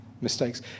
mistakes